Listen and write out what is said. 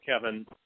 Kevin